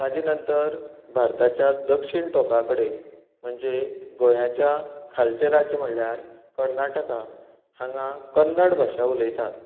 ताच्या नंतर भारताच्या दक्षिण टोका कडेन म्हणजे गोंयाच्या खालचे राज्य म्हळ्यार कर्नाटका हांगा कन्नड भाशा उलयतात